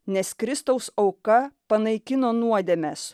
nes kristaus auka panaikino nuodėmes